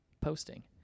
posting